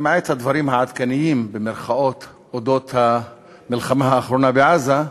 למעט הדברים ה"עדכניים", על המלחמה האחרונה בעזה,